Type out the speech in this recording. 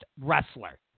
wrestler